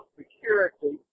security